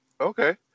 Okay